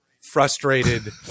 frustrated